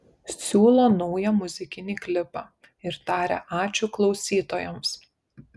siūlo naują muzikinį klipą ir taria ačiū klausytojams